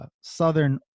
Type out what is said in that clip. southern